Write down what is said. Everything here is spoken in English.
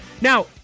Now